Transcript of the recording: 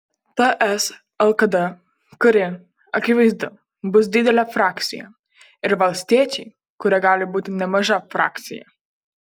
ts lkd kuri akivaizdu bus didelė frakcija ir valstiečiai kurie gali būti nemaža frakcija